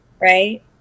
right